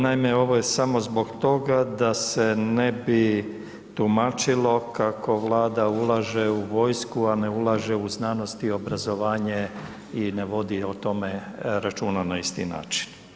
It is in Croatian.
Naime, ovo je samo zbog toga da se ne bi tumačilo kako Vlada ulaže u vojsku, a ne ulaže u znanost i obrazovanje i ne vodi o tome računa na isti način.